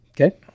Okay